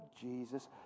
Jesus